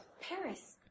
Paris